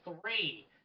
three